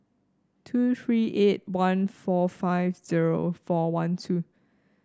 two three eight one four five zero four one two